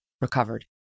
recovered